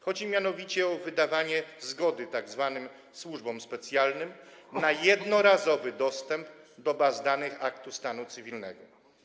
Chodzi mianowicie o wydawanie zgody tzw. służbom specjalnym na jednorazowy dostęp do baz danych aktów stanu cywilnego.